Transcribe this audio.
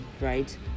right